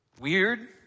Weird